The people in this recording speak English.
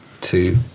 two